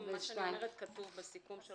מה שאני אומרת כתוב בסיכום.